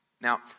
Now